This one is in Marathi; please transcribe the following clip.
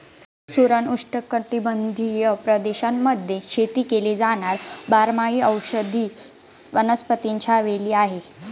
सुरण उष्णकटिबंधीय प्रदेशांमध्ये शेती केली जाणार बारमाही औषधी वनस्पतीच्या वेली आहे